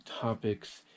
topics